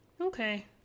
Okay